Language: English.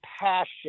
passion